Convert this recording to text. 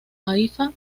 haifa